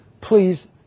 please